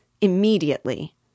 immediately